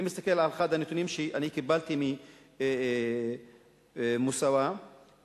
אני מסתכל על אחד הנתונים שאני קיבלתי ממרכז "מוסאוא".